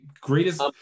greatest –